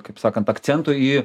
kaip sakant akcentų į